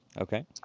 Okay